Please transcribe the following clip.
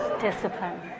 Discipline